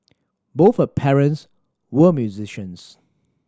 both her parents were musicians